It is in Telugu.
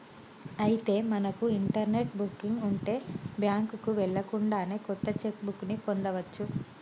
అయితే మనకు ఇంటర్నెట్ బుకింగ్ ఉంటే బ్యాంకుకు వెళ్ళకుండానే కొత్త చెక్ బుక్ ని పొందవచ్చు